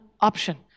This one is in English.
option